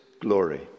glory